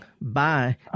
Bye